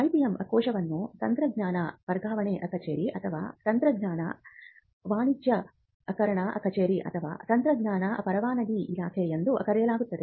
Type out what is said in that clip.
IPM ಕೋಶವನ್ನು ತಂತ್ರಜ್ಞಾನ ವರ್ಗಾವಣೆ ಕಚೇರಿ ಅಥವಾ ತಂತ್ರಜ್ಞಾನ ವಾಣಿಜ್ಯೀಕರಣ ಕಚೇರಿ ಅಥವಾ ತಂತ್ರಜ್ಞಾನ ಪರವಾನಗಿ ಇಲಾಖೆ ಎಂದು ಕರೆಯಲಾಗುತ್ತದೆ